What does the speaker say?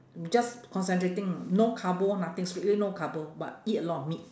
just concentrating no carbo nothing strictly no carbo but eat a lot of meat